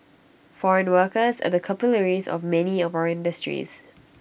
foreign workers are the capillaries of many of our industries